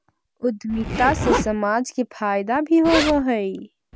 उद्यमिता से समाज के फायदा भी होवऽ हई